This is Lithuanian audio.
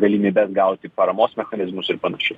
galimybes gauti paramos mechanizmus ir panašiai